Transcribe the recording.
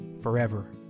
forever